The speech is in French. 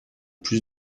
plus